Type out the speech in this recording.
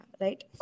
Right